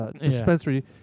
dispensary